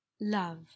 Love